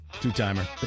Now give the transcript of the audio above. Two-timer